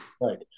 Right